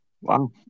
Wow